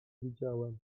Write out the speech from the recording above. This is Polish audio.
widziałem